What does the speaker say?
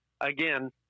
again